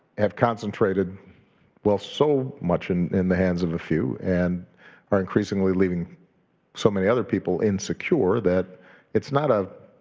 have concentrated wealth so much in in the hands of a few and are increasingly leaving so many other people insecure that it's not a